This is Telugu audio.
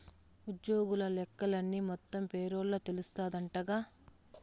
ఉజ్జోగుల లెక్కలన్నీ మొత్తం పేరోల్ల తెలస్తాందంటగా